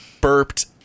burped